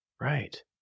Right